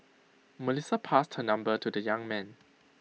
Melissa passed her number to the young man